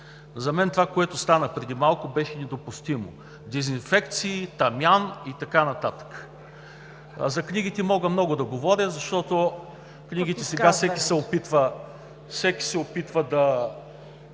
За мен това, което стана преди малко, беше недопустимо – дезинфекции, тамян и така нататък. А за книгите мога много да говоря, защото книгите – сега всеки се опитва да